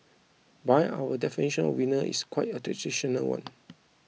by our definition of winners is quite a traditional one